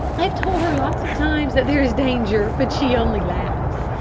i've told her lots of times that there is danger, but she only laughs.